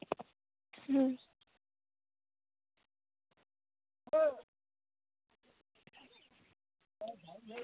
হুম